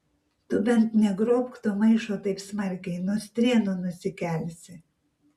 tu bent negrobk to maišo taip smarkiai nuo strėnų nusikelsi